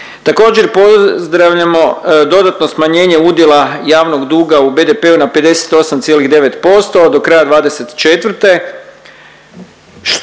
Također pozdravljamo dodatno smanjenje udjela javnog duga u BDP-u na 58,9% do kraja '24.